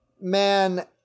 man